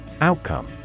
Outcome